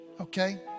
Okay